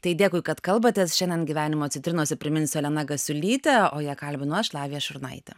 tai dėkui kad kalbatės šiandien gyvenimo citrinose priminsiu elena gasiulytė o ją kalbinu aš lavija šurnaitė